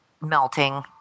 melting